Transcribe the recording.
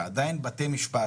שעדיין בתי משפט